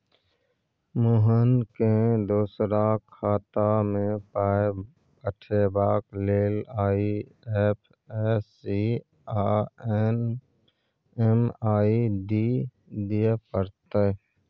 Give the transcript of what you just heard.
मोहनकेँ दोसराक खातामे पाय पठेबाक लेल आई.एफ.एस.सी आ एम.एम.आई.डी दिअ पड़तै